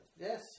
Yes